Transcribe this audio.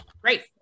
Great